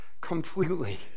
completely